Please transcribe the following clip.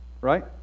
right